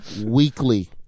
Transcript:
Weekly